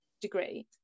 degree